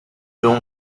集中